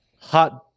hot